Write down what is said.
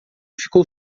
ficou